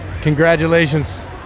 Congratulations